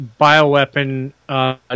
bioweapon